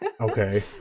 Okay